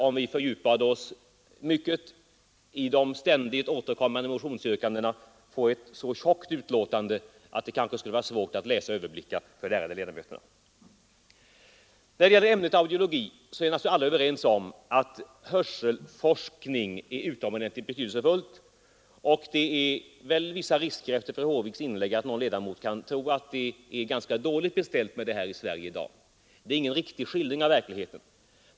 Om vi fördjupar oss för mycket i de ständigt återkommande motionsyrkandena skulle vi få ett så tjockt betänkande att det skulle vara svårt att överblicka för de ärade ledamöterna. När det gäller ämnet audiologi är naturligtvis alla överens om att hörselforskning är utomordentligt betydelsefull. Det finns emellertid vissa risker efter fru Håviks inlägg att någon ledamot tror att det är dåligt beställt med detta i Sverige i dag. Det är ingen riktig skildring av verkligheten.